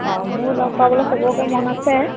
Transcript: অঁ মোৰ লগ পোৱলৈ চবকে মন আছে